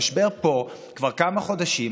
המשבר פה כבר כמה חודשים,